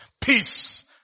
Peace